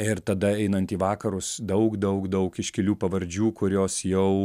ir tada einant į vakarus daug daug daug iškilių pavardžių kurios jau